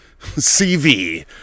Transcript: CV